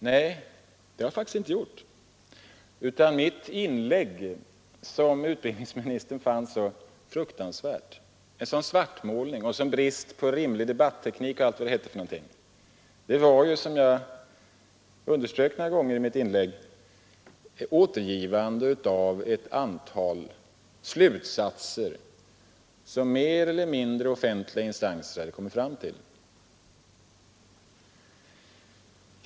Nej, det har jag faktiskt inte gjort, utan mitt inlägg — som utbildningsministern fann så fruktansvärt och som enligt honom innehöll en sådan svartmålning, som visade en sådan brist på rimlig debatteknik och allt vad det hette — var som jag underströk några gånger ett återgivande av ett antal slutsatser som mer eller mindre offentliga instanser kommit fram till.